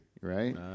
right